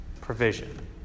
provision